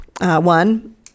One